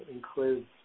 includes